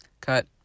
Cut